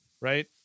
right